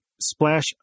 Splash